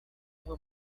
uma